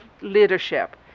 leadership